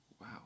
Wow